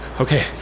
Okay